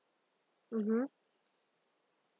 mmhmm